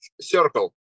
circle